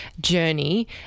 journey